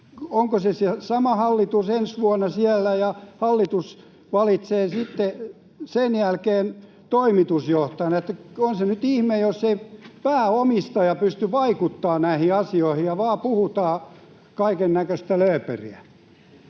onko se sama hallitus ensi vuonna siellä. Hallitus valitsee sitten sen jälkeen toimitusjohtajan. On se nyt ihme, jos ei pääomistaja pysty vaikuttamaan näihin asioihin, vaan puhutaan kaikennäköistä lööperiä.